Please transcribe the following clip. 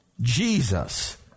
Jesus